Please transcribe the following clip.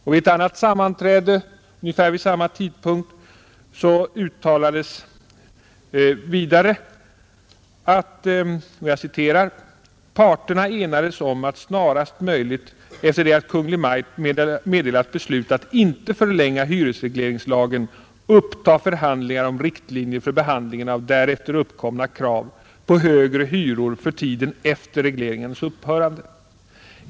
På ett sammanträde vid ungefär samma tidpunkt uttalades: ”Parterna enades om att snarast möjligt efter det att Kungl. Maj:t meddelat beslut att inte förlänga hyresregleringslagen uppta förhandlingar om riktlinjer för behandlingen av därefter uppkomna krav på högre hyror för tiden efter regleringens upphörande.